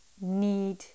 need